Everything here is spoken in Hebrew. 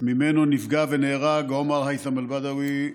וממנו נפגע ונהרג עומר הייתם אל-בדווי,